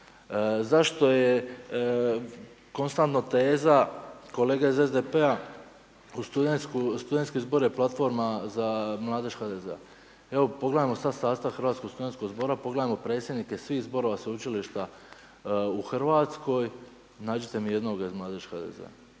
Zašto je konstantno teza kolega iz SDP-a studentski zbor je platforma za mladež HDZ-a. Evo pogledajmo sada sastav Hrvatskog studentskog zbora, pogledajmo predsjednike svih zborova sveučilišta u Hrvatskoj, nađite mi jednoga iz mladeži HDZ-a.